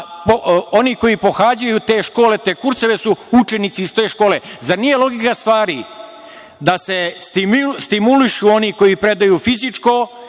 oni koji pohađaju te škole, te kurseve su učenici iz te škole. Zar nije logika stvari da se stimulišu oni koji predaju fizičko